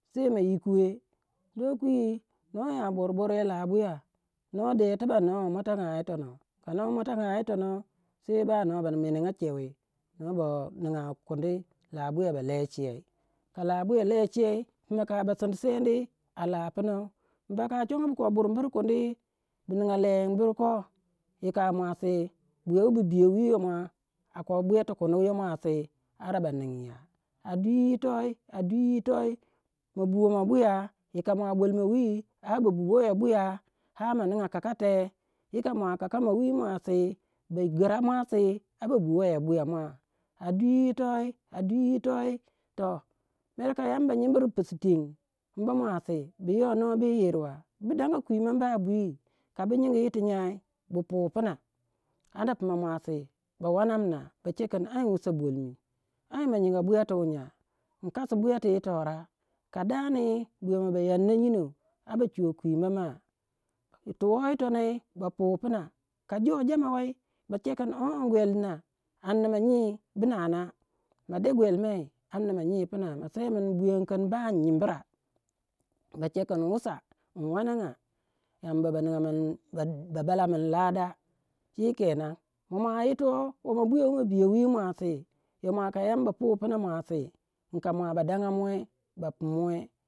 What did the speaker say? sei ma yikuwe. Doh kwi noh ya borboryou labuya noh der tibak noh ba muatanga yi tonoh ka noh muatanga yi tonah sei noh ba noh ba menenga chewi noh ba menenga kundi labuya ba le chei, ka labuta le chei puma ka ba sinsendi a lah pumau imbaka chongou bu ko burbir kundi bu ninga lengyi bur koh yika muasi buya wu bu biyowi muasi a ko buyati kundi muasi ara ba ninya a dwi yitoh a dwi yitoh ma bu womoh buya, inka mua bolmo wi ara ba bu woyo buya har ma ninga kakate, yika mua kakamoh wi muasi ba gira muasi ara ba bi woyo buyo mua. A dwi yitoi, a dwi yitou toh mere ka yamba nyimbir pisu teng mba muasi bu yoh noh bu yi yirwa bu danga kunbobwa bwi ka bu nyingi yirti nyai bu pu pina. Anda puma muasi ba wanamna, ba che kin wusa bolmi ai ma nyinga buyati wu nya in kasi buyati yitoh ra. Ka dani buyomoh ba yanna nyinou ara ba chiwe kwunba ma, tu wei tonoi ba pu pima ka joh jama wei ba che kin ong gwel dina amna ma nyi bu nana ma de gwel mei amna ma nyi pima ma se min bwiyami kin ba in nyimbra. Ba che kin wusa in wananga yamba ba nigamin wure. Wo moh buya wu ma biyo wi muasi yoma ka Yamba pu pina muasi, yika mua ba dangamunuwe, ba pumuwe.